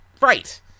Right